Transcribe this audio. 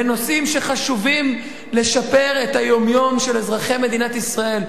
בנושאים שחשובים לשפר את היום-יום של אזרחי מדינת ישראל,